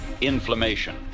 Inflammation